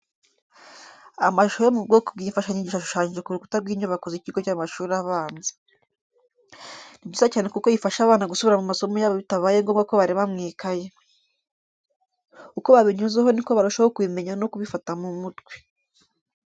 Amashusho yo mu bwoko bw'imfashanyigisho ashushanyije ku rukuta rw'inyubako z'ikigo cy'amashuri abanza. Ni byiza cyane kuko bifasha abana gusubira mu masomo yabo bitabaye ngombwa ko bareba mu ikayi. Uko babinyuzeho ni ko barushaho kubimenya no kubifata mu mutwe.